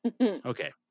Okay